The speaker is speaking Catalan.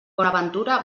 bonaventura